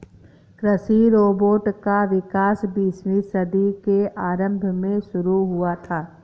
कृषि रोबोट का विकास बीसवीं सदी के आरंभ में शुरू हुआ था